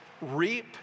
reap